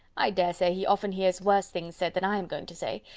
i dare say he often hears worse things said than i am going to say.